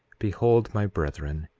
behold, my brethren,